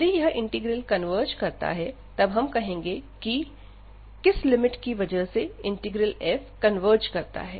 यदि यह integral converge करता है तब हम कहेंगे की किस लिमिट की वजह से इंटीग्रल f कन्वर्ज करता है